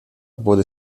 wurde